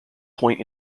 point